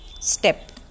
step